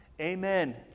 Amen